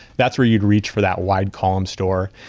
that's where you'd reach for that wide column store.